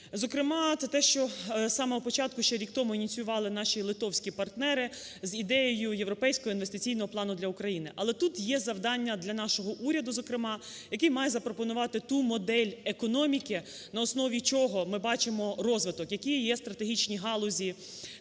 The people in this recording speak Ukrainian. Зокрема, це те, що з самого початку ще рік тому ініціювали наші литовські партнери з ідеєю Європейського інвестиційного плану для України. Але тут є завдання для нашого уряду, зокрема, який має запропонувати ту модель економіки, на основі чого ми бачимо розвиток, які є стратегічні галузі,